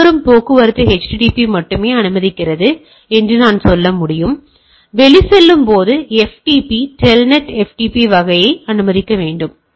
உள்வரும் போக்குவரத்து http மட்டுமே அனுமதிக்கப்படுகிறது என்று நான் சொல்ல முடியும் அதேசமயம் வெளிச்செல்லும் போது நான் டெல்நெட் ftp வகை விஷயங்களை அனுமதிக்க முடியும்